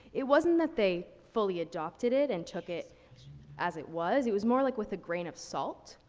it wasn't that they fully adopted it and took it as it was, it was more like with a grain of salt.